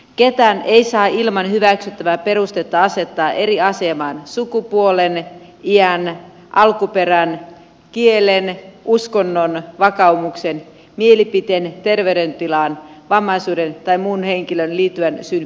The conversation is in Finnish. ketään ei saa ilman hyväksyttävää perustetta asettaa eri asemaan sukupuolen iän alkuperän kielen uskonnon vakaumuksen mielipiteen terveydentilan vammaisuuden tai muun henkilöön liittyvän syyn perusteella